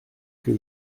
que